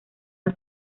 del